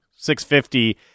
650